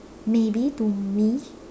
maybe to me